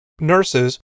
nurses